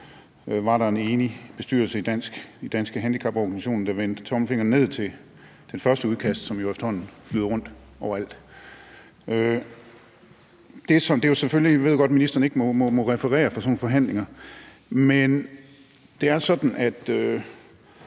var der en egentlig bestyrelse i Danske Handicaporganisationer, der vendte tommelfingeren nedad til det første udkast, som jo efterhånden flyder rundt overalt. Jeg ved godt, at ministeren ikke må referere fra sådan nogle forhandlinger, men det kan